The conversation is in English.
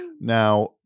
Now